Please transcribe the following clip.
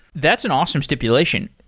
that's an awesome stipulation.